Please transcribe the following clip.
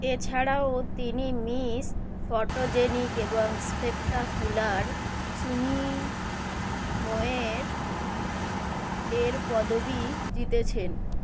এছাড়াও তিনি miss photogenic এবং সফেক্ট কুলার সুমিময়ের এর পদবী জিতেছেন